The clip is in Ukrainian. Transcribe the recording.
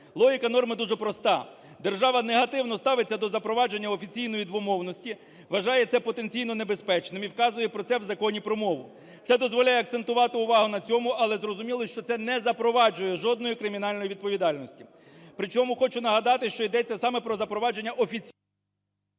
Логіка норми дуже проста: держава негативно ставиться до запровадження офіційної двомовності, вважає це потенційно небезпечним і вказує про це в Законі про мову. Це дозволяє акцентувати увагу на цьому, але зрозуміло, що це не запроваджує жодної кримінальної відповідальності. При чому, хочу нагадати, що йдеться саме про запровадження саме… ГОЛОВУЮЧИЙ.